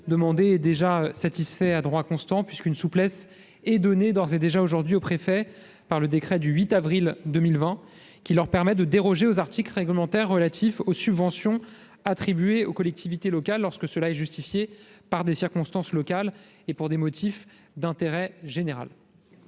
demande est satisfaite à droit constant, puisqu'une souplesse a d'ores et déjà été donnée aux préfets par le décret du 8 avril 2020 qui leur permet de déroger aux articles réglementaires relatifs aux subventions attribuées aux collectivités locales, lorsque cela est justifié par des circonstances locales et pour des motifs d'intérêt général.